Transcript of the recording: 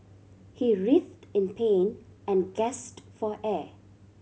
he writhed in pain and gasped for air